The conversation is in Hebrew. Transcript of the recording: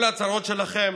כל ההצהרות שלכם